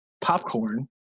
popcorn